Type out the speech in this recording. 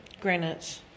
Granite